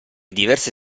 diverse